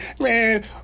Man